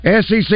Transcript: SEC